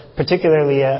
particularly